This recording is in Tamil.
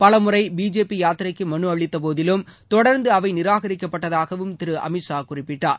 பலமுறை பிஜேபி யாத்திரைக்கு மனு அளித்த போதிலும் தொடர்ந்து அவை நிராகரிக்கப்பட்டதாகவும் திரு அமித்ஷா குறிப்பிட்டார்